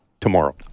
Tomorrow